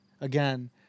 again